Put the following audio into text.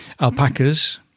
Alpacas